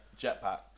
jetpack